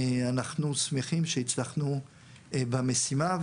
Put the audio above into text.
אנחנו שמחים שהצלחנו במשימה.